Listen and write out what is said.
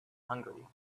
hungry